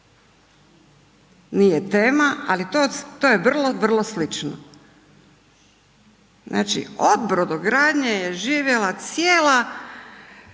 Nije tema ali to je vrlo, vrlo slično. Znači od brodogradnje je živjela cijela